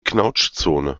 knautschzone